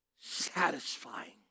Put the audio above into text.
satisfying